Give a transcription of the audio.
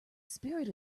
spirit